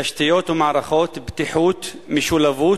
תשתיות ומערכות בטיחות משולבות,